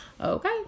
Okay